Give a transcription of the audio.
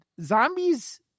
zombies